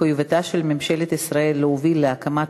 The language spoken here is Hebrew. מחויבותה של ממשלת ישראל להוביל להקמת